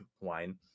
wine